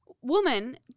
woman